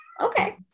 Okay